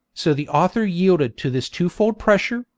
so the author yielded to this twofold pressure,